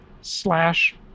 slash